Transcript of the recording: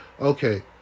Okay